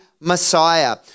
Messiah